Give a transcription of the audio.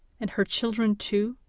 and her children too,